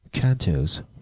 Cantos